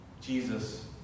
Jesus